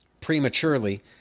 prematurely